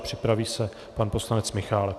Připraví se pan poslanec Michálek.